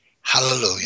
Hallelujah